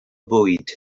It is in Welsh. bwyd